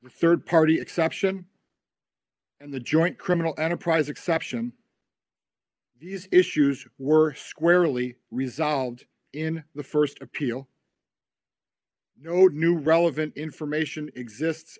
the rd party exception and the joint criminal enterprise exception he's issues were squarely resolved in the st appeal no new relevant information exist